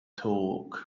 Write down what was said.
talk